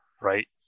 right